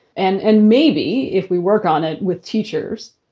and and maybe if we work on it with teachers.